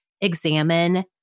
examine